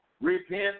Repent